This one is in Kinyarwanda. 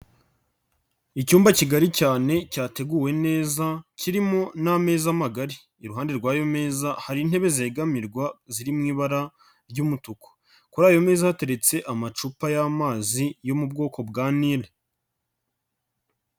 Icyumba kigari cyane cyateguwe neza kirimo n'ameza magari, iruhande rw'ayo meza hari intebe zegamirwa ziri mu ibara ry'umutuku, kuri ayo meza hateretse amacupa y'amazi yo mu bwoko bwa Nile.